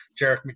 Jarek